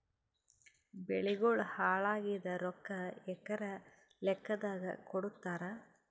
ಬೆಳಿಗೋಳ ಹಾಳಾಗಿದ ರೊಕ್ಕಾ ಎಕರ ಲೆಕ್ಕಾದಾಗ ಕೊಡುತ್ತಾರ?